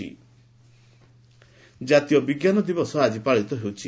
science day ଜାତୀୟ ବିଜ୍ଞାନ ଦିବସ ଆଜି ପାଳିତ ହେଉଛି